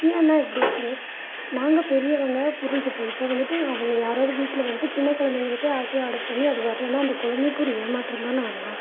ஏன் அண்ணா இப்படி இருக்கீங்க நாங்கள் பெரியவங்க புரிஞ்சுப்போம் இப்போ வந்துவிட்டு அவங்க யாராவது வீட்டில் வந்துவிட்டு சின்ன குழந்தைகளுக்கே ஆசையாக ஆடர் பண்ணி அது வரலன்னா அந்த குழந்தைக்கு ஒரு ஏமாற்றம் தானே ஆகும்ண்ணா